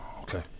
okay